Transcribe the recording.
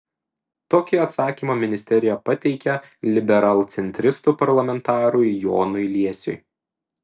tokį atsakymą ministerija pateikė liberalcentristų parlamentarui jonui liesiui